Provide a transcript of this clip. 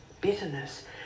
bitterness